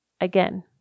again